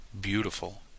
Beautiful